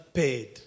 paid